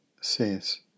says